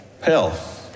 Hell